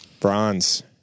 bronze